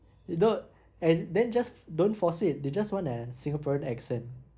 you don't and then just don't force it they just want a singaporean accent